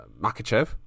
Makachev